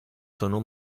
sono